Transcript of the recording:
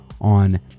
on